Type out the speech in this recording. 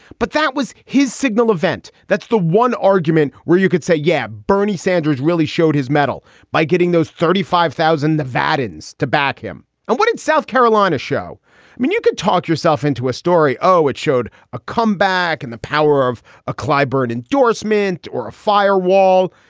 but that was his signal event. that's the one argument where you could say, yep, bernie sanders really showed his mettle by getting those thirty five thousand nevadans to back him. and what in south carolina show? i mean, you can talk yourself into a story. oh, it showed a comeback in and the power of a clyburn endorsement or a firewall.